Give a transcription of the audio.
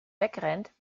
wegrennt